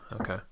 okay